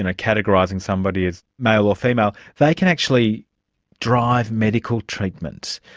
and categorising somebody as male or female, they can actually drive medical treatments.